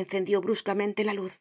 encendió bruscamente la luz y